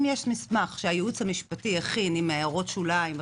אם יש מסמך שהייעוץ המשפטי הכין עם הערות שוליים וכו',